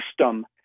system